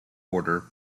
order